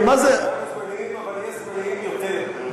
כולנו זמניים אבל יש זמניים יותר.